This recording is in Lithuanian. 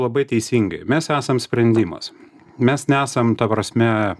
labai teisingai mes esam sprendimas mes nesam ta prasme